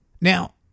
Now